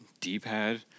D-pad